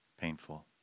painful